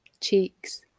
cheeks